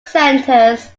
centers